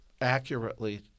accurately